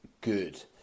good